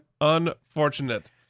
unfortunate